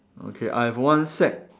okay I have one sack